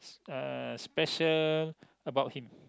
uh special about him